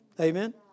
Amen